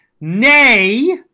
Nay